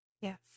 Yes